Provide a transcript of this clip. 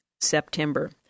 September